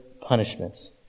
punishments